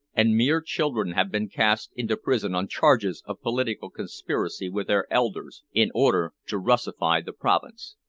and mere children have been cast into prison on charges of political conspiracy with their elders in order to russify the province!